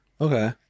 okay